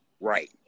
Right